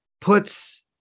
puts